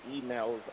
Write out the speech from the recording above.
emails